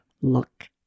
Look